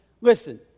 Listen